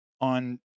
on